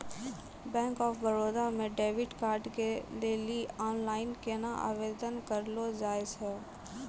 Bank of Baroda मे debit card के लेली आनलाइन केना आवेदन करलो जाय छै?